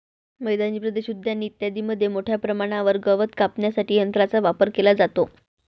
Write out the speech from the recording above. मैदानी प्रदेश, उद्याने इत्यादींमध्ये मोठ्या प्रमाणावर गवत कापण्यासाठी यंत्रांचा वापर केला जातो